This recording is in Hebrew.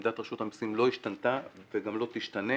עמדת רשות המיסים לא השתנתה וגם לא תשתנה